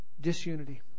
disunity